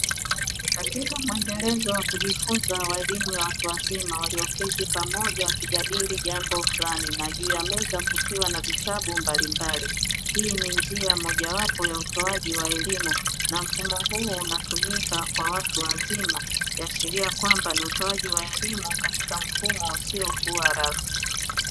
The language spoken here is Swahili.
Katika muendelezo wa kujifunza wa elimu ya watu wazima walioketi pamoja wakijadili jambo flani na juu ya meza kukiwa na vitabu mbalimbali. Hii ni njia mojawapo ya utoaji wa elimu na mfumo huu unatumika kwa watu wazima, ikiashiria kwamba ni utoaji wa elimu katika mfumo usiyokuwa rasmi.